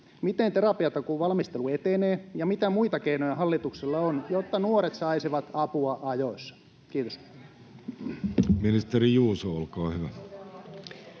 miten terapiatakuun valmistelu etenee, ja mitä muita keinoja hallituksella on, jotta nuoret saisivat apua ajoissa? — Kiitos. [Krista Kiuru: Kun ei